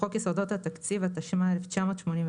לחוק יסודות התקציב, התשמ"ה-1985,